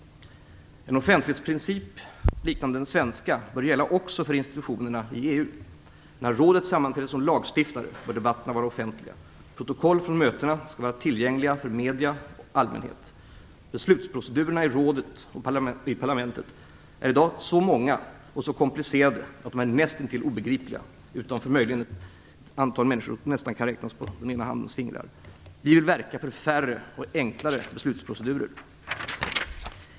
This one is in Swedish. En offentlighetsprincip liknande den svenska bör gälla också för institutionerna i EU. När rådet sammanträder som lagstiftare bör debatterna vara offentliga. Protokoll från mötena skall vara tillgängliga för medier och allmänhet. Beslutsprocedurerna i rådet och i parlamentet är i dag så många och så komplicerade att de är näst intill obegripliga, utom för möjligen ett antal människor som kan räknas nästan på den ena handens fingrar. Vi vill verka för färre och enklare beslutsprocedurer.